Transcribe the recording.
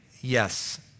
yes